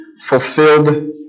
fulfilled